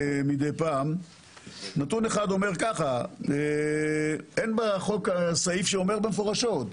אומר כך: אין בחוק סעיף שאומר מפורשות,